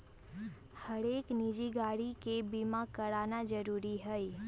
हरेक निजी गाड़ी के बीमा कराना जरूरी हई